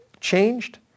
changed